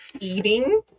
eating